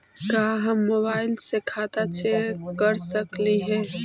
का हम मोबाईल से खाता चेक कर सकली हे?